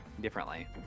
differently